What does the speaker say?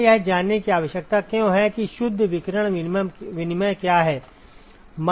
हमें यह जानने की आवश्यकता क्यों है कि शुद्ध विकिरण विनिमय क्या है